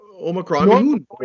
omicron